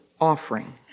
offering